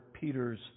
Peter's